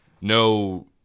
no